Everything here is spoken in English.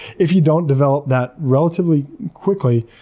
if you don't develop that relatively quickly,